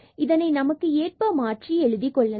இதனை நமக்கு ஏற்ப நாம் மாற்றி எழுதிக் கொள்ளலாம்